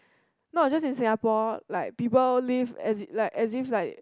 not just in Singapore like people lives as if like as if like